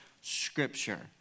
scripture